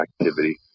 activity